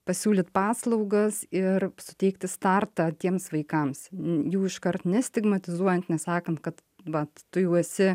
pasiūlyt paslaugas ir suteikti startą tiems vaikams jų iškart nestigmatizuojant nesakant kad vat tu jau esi